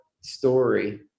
story